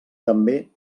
també